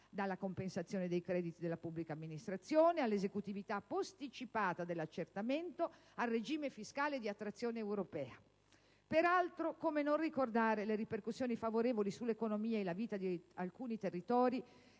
dalla compensazione dei crediti della pubblica amministrazione, all'esecutività posticipata dell'accertamento, al regime fiscale di attrazione europea. Peraltro, come non ricordare le ripercussioni favorevoli sull'economia e la vita di alcuni territori